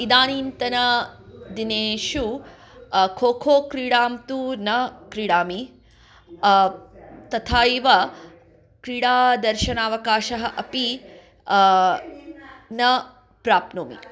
इदानीन्तन दिनेषु खोखो क्रीडां तु न क्रीडामि तथा एव क्रीडादर्शनावकाशः अपि न प्राप्नोमि